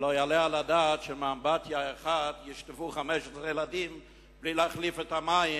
ולא יעלה על הדעת שבאמבטיה אחת ישטפו 15 ילדים בלי להחליף את המים,